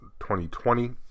2020